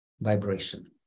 vibration